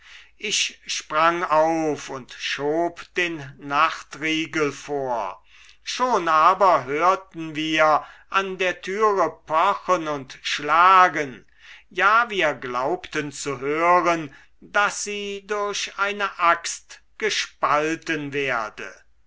ich sprang auf und schob den nachtriegel vor schon aber hörten wir an der türe pochen und schlagen ja wir glaubten zu hören daß sie durch eine axt gespalten werde